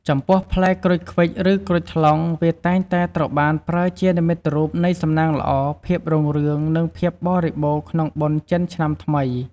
ចំពោះផ្លែក្រូចឃ្វិច ឬក្រូចថ្លុង វាតែងតែត្រូវបានប្រើជានិមិត្តរូបនៃសំណាងល្អ ភាពរុងរឿង និងភាពបរិបូរណ៍ក្នុងបុណ្យចិនឆ្នាំថ្មី។